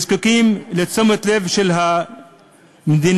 וזקוקים לתשומת הלב של המדינה,